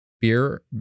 Beer